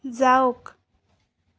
যাওক